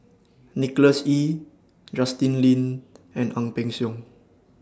Nicholas Ee Justin Lean and Ang Peng Siong